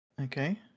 Okay